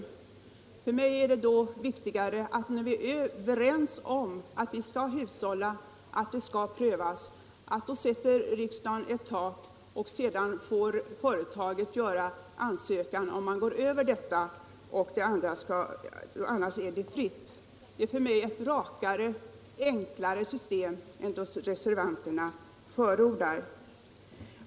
Eftersom vi är överens om att vi skall hushålla med råvarorna och att tillståndsprövning behövs anser jag det viktigt att riksdagen sätter ett tak, och sedan får företagen lämna in ansökan om de avser att överskrida den gräns som har satts. Det är för mig ett rakare, enklare system än det som reservanterna förordar.